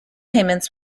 payments